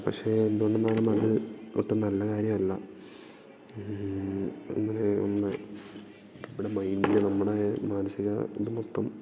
പക്ഷേ എന്തുകൊണ്ടന്നാണ് അത് ഒട്ടും നല്ല കാര്യമല്ല അങ്ങനെയൊന്ന് ഇവിടെ മൈൻഡില് നമ്മുടെ മാനസിക ഇത് മൊത്തം